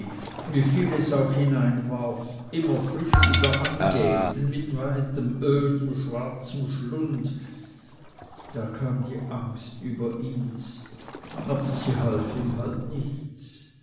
wie viel es auch hineinwarf immer frisch wieder angähnten mit weitem ödem schwarzem schlund da kam die angst über ihns aber sie half ihm halt nichts